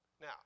Now